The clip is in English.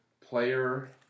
player